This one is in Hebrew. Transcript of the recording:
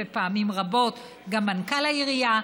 ופעמים רבות גם מנכ"ל העירייה,